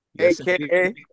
aka